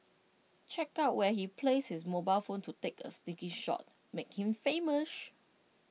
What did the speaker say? check out where he placed his mobile phone to take A sneaky shot make him famous